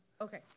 Okay